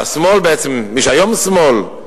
והשמאל בעצם, מי שהיום שמאל,